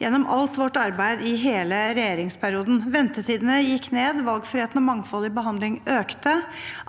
gjennom alt vårt arbeid i hele regjeringsperioden. Ventetidene gikk ned, valgfriheten og mangfoldet i behandlingen økte,